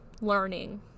learning